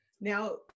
Now